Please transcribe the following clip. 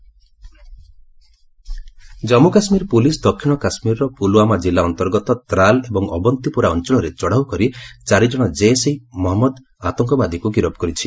J and K arrest Jammu Kashmir police ଦକ୍ଷିଣ କାଶ୍ମୀରର ପୁଲୱାମା ଜିଲ୍ଲା ଅନ୍ତର୍ଗତ ତ୍ରାଲ୍ ଏବଂ ଅବନ୍ତିପୁରା ଅଞ୍ଚଳରେ ଚଢ଼ାଉ କରି ଚାରି ଜଣ ଜୈସ୍ ଇ ମହମ୍ମଦ ଆତଙ୍କବାଦୀକୁ ଗିରଫ୍ କରିଛି